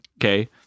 Okay